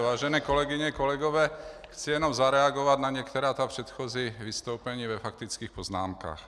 Vážené kolegyně, kolegové, chci jenom zareagovat na některá předchozí vystoupení ve faktických poznámkách.